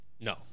No